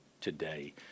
today